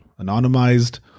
anonymized